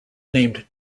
named